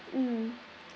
mm